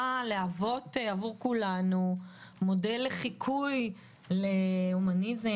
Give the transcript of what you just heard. להוות עבור כולנו מודל לחיקוי להומניזם,